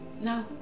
No